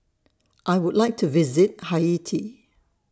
I Would like to visit Haiti